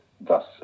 thus